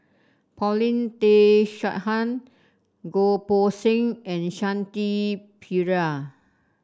Paulin Tay Straughan Goh Poh Seng and Shanti Pereira